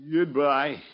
Goodbye